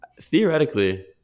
theoretically